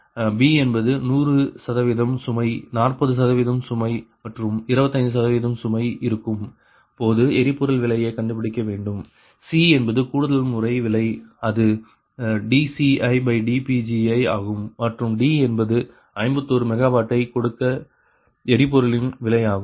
b என்பது 100 சதவிகிதம் சுமை நாற்பது சதவிகிதம் சுமை மற்றும் 25 சதவிகிதம் சுமை இருக்கும் பொது எரிபொருள் விலையை கண்டுபிடிக்க வேண்டும் c என்பது கூடுதல்முறை விலை அது dCidPgi ஆகும் மற்றும் d என்பது 51 மெகாவாட்டை கொடுக்க எரிபொருளின் விலை ஆகும்